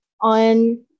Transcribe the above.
on